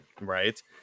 Right